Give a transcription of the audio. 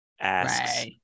asks